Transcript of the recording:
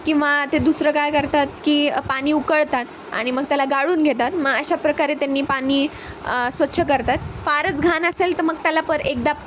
किंवा ते दुसरं काय करतात की पाणी उकळतात आणि मग त्याला गाळून घेतात मग अशा प्रकारे त्यांनी पाणी स्वच्छ करतात फारच घाण असेल तर मग त्याला पर एकदा